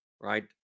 Right